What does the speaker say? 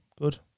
good